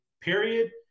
period